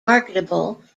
marketable